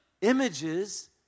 images